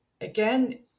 again